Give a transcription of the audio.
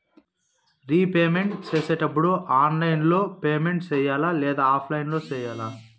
repayment సేసేటప్పుడు online లో payment సేయాలా లేదా ఆఫ్లైన్ లో సేయాలా